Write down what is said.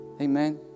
Amen